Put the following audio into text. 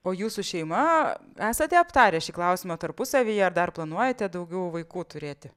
o jūs su šeima esate aptarę šį klausimą tarpusavyje ar dar planuojate daugiau vaikų turėti